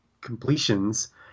completions